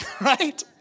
Right